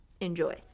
enjoy